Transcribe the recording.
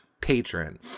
patron